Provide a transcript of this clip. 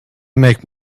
make